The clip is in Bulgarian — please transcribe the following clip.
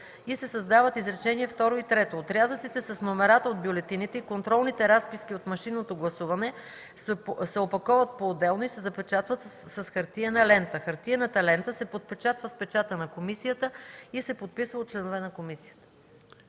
и се създават изречение второ и трето: „Отрязъците с номерата от бюлетините и контролните разписки от машинното гласуване се опаковат поотделно и се запечатват с хартиена лента. Хартиената лента се подпечатва с печата на комисията и се подписва от членове на комисията”.